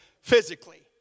physically